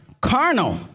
carnal